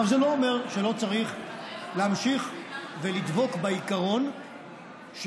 זה לא אומר שלא צריך להמשיך ולדבוק בעיקרון שהוא